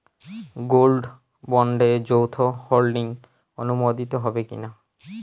Gold বন্ডে যৌথ holding অনুমোদিত হবে কিনা?